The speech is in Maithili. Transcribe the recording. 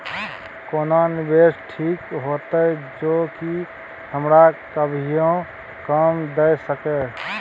केना निवेश ठीक होते जे की हमरा कभियो काम दय सके?